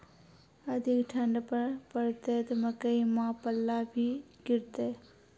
अधिक ठंड पर पड़तैत मकई मां पल्ला भी गिरते?